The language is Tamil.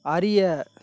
அறிய